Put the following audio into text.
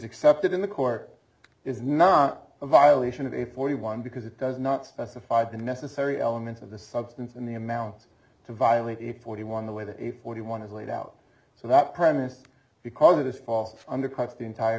accepted in the court is not a violation of a forty one because it does not specify the necessary elements of the substance and the amounts to violate a forty one the way that a forty one is laid out so that premise because of this off undercuts the entire